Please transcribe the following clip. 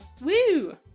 Woo